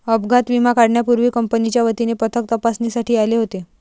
अपघात विमा काढण्यापूर्वी कंपनीच्या वतीने पथक तपासणीसाठी आले होते